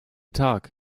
tag